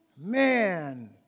Man